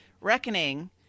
reckoning